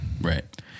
right